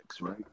right